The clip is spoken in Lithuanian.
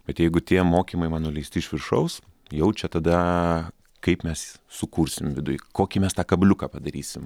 bet jeigu tie mokymai man nuleisti iš viršaus jau čia tada kaip mes sukursim viduj kokį mes tą kabliuką padarysim